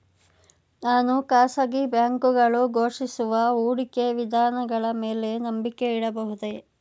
ನಾನು ಖಾಸಗಿ ಬ್ಯಾಂಕುಗಳು ಘೋಷಿಸುವ ಹೂಡಿಕೆ ವಿಧಾನಗಳ ಮೇಲೆ ನಂಬಿಕೆ ಇಡಬಹುದೇ?